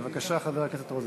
בבקשה, חבר הכנסת רוזנטל.